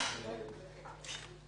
שהפעם אדוני זה חבר הכנסת בגין.